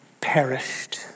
perished